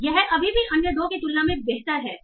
और यह अभी भी अन्य दो की तुलना में बेहतर है